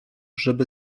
żeby